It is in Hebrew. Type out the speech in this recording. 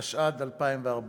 התשע"ד 2014,